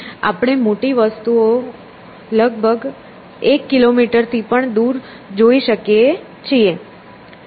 આપણે મોટી વસ્તુ લગભગ એક કિલોમીટર દૂરથી પણ જોઈ શકીએ છીએ